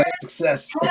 success